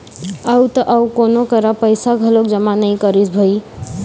अउ त अउ कोनो करा पइसा घलोक जमा नइ करिस भई